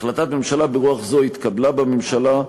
החלטת ממשלה ברוח זו התקבלה בממשלה.